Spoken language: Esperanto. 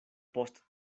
post